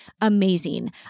amazing